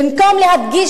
במקום להדגיש,